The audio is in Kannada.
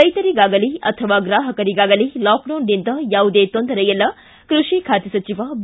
ರೈತರಿಗಾಗಲೀ ಗ್ರಾಹಕರಿಗಾಗಲೀ ಲಾಕ್ಡೌನ್ನಿಂದ ಯಾವುದೇ ತೊಂದರೆ ಇಲ್ಲ ಕೃಷಿ ಖಾತೆ ಸಚಿವ ಬಿ